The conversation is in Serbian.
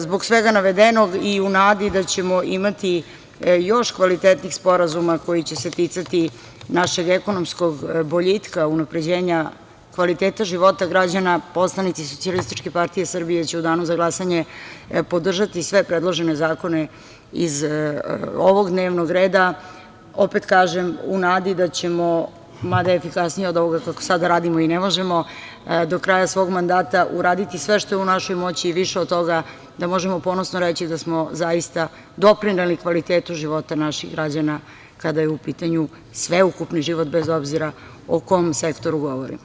Zbog svega navedenog i u nadi da ćemo imati još kvalitetnih sporazuma koji će se ticati našeg ekonomskog boljitka, unapređenja kvaliteta života građana, poslanici SPS će u danu za glasanje podržati sve predložene zakone iz ovog dnevnog reda, opet kažem, u nadi da ćemo, mada efikasnije od ovoga kako sada radimo i ne možemo, do kraja svog mandata uraditi sve što je u našoj moći, i više od toga, da možemo ponosno reći da smo zaista doprineli kvalitetu života naših građana kada je u pitanju sveukupni život, bez obzira o kom sektoru govorimo.